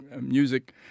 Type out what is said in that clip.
music